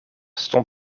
stond